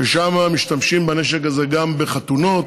שם משתמשים בנשק הזה גם בחתונות